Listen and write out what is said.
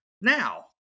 now